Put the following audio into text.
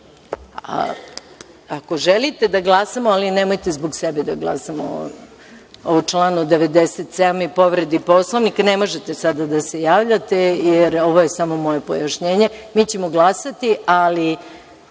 želite da glasamo, ali nemojte zbog sebe da glasamo o članu 97. i povredi Poslovnika, ne možete sada da se javljate jer ovo je samo moje pojašnjenje, mi ćemo glasati, ali